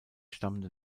stammende